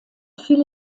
fiel